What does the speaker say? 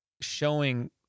showing